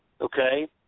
Okay